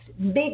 big